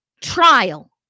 trial